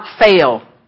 fail